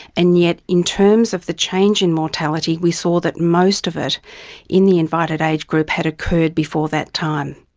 and yet in terms of the change in mortality, we saw that most of it in the invited age group had occurred before that time.